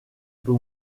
peu